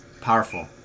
Powerful